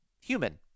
human